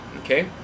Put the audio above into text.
Okay